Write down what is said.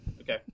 Okay